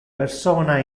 persona